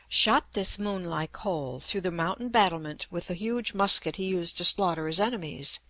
shot this moon like hole through the mountain battlement with the huge musket he used to slaughter his enemies.